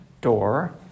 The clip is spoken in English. door